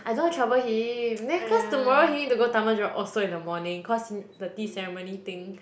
I don't want trouble him then cause tomorrow he need to go Taman-Jurong also in the morning cause the tea ceremony thing